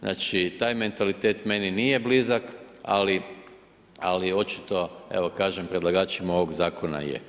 Znači, taj mentalitet meni nije blizak, ali očito evo, kažem predlagačima ovog Zakona je.